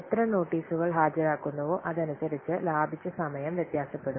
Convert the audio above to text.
എത്ര നോട്ടീസുകൾ ഹാജരാക്കുന്നുവോ അതനുസരിച്ച് ലാഭിച്ച സമയം വ്യത്യാസപ്പെടും